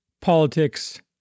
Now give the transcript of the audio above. politics